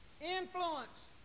Influence